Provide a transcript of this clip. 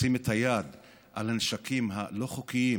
לשים את היד על הנשקים הלא-חוקיים